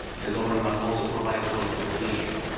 the government must also provide quality education.